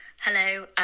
Hello